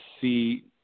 see